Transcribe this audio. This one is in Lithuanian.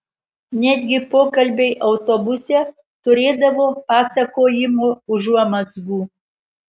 netgi pokalbiai autobuse turėdavo pasakojimo užuomazgų